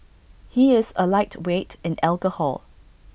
he is A lightweight in alcohol